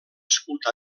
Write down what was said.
escut